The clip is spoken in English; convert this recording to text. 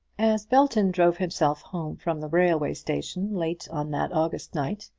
as belton drove himself home from the railway station late on that august night,